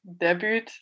debut